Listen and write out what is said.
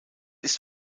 ist